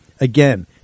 Again